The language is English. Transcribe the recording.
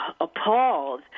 appalled